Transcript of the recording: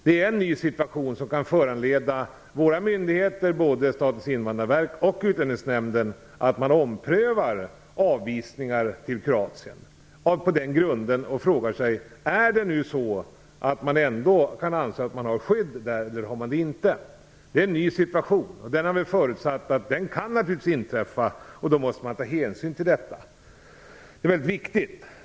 Det är en ny situation som kan föranleda våra myndigheter, både Statens invandrarverk och Utlänningsnämnden, att ompröva avvisningar till Kroatien. Då får de fundera över om det ändå kan anses att man får skydd där eller inte. Det är en ny situation. Den kan naturligtvis inträffa, och då måste vi ta hänsyn till den. Det är mycket viktigt.